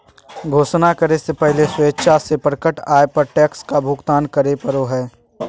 घोषणा करे से पहले स्वेच्छा से प्रकट आय पर टैक्स का भुगतान करे पड़ो हइ